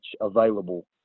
available